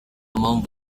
mpamvu